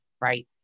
Right